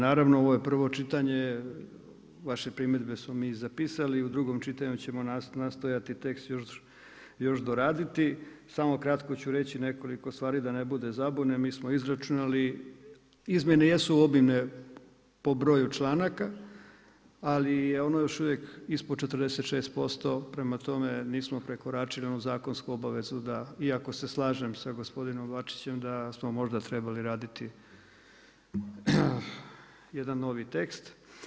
Naravno ovo je prvo čitanje, vaše primjedbe smo i zapisali, u drugom čitanju ćemo nastojati tekst još doraditi, samo kratko ću reći nekoliko stvari da ne bude zabune, mi smo izračunali, izmjene jesu obilne po broju članaka ali je ono još uvijek ispod 46% prema tome, nismo prekoračili onu zakonsku obavezu da, iako se slažem sa gospodinom bačićem da smo možda trebali raditi jedan novi tekst.